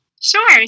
Sure